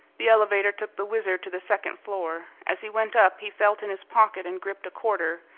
the elevator took the wizard to the second floor. as he went up he felt in his pocket and gripped a quarter,